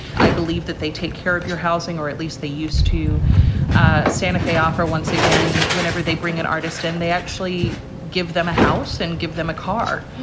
i believe that they take care of your housing, or at least they used to ah santa fe opera once again, whenever they bring an artist and they actually give them a house and give them a car,